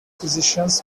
physicians